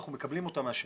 אנחנו מקבלים אותם מהשמש.